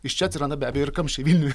iš čia atsiranda be abejo ir kamščiai vilniuj